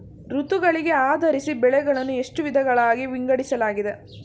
ಋತುಗಳಿಗೆ ಆಧರಿಸಿ ಬೆಳೆಗಳನ್ನು ಎಷ್ಟು ವಿಧಗಳಾಗಿ ವಿಂಗಡಿಸಲಾಗಿದೆ?